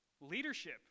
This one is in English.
leadership